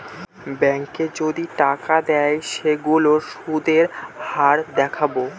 ব্যাঙ্কে যদি টাকা দেয় সেইগুলোর সুধের হার দেখাবো